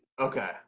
Okay